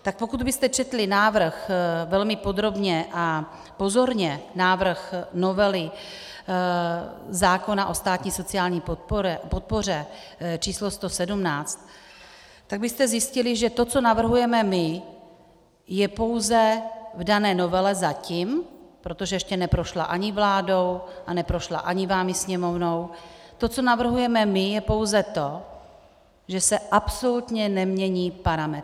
Tak pokud byste četli návrh velmi podrobně a pozorně, návrh novely zákona o státní sociální podpoře číslo 117, tak byste zjistili, že to, co navrhujeme my, je pouze v dané novele zatím, protože ještě neprošla ani vládou a neprošla ani vámi, Sněmovnou, to, co navrhujeme my, je pouze to, že se absolutně nemění parametry.